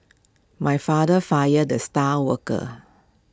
my father fired the star worker